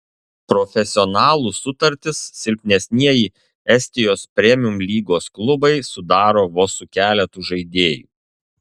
profesionalų sutartis silpnesnieji estijos premium lygos klubai sudaro vos su keletu žaidėjų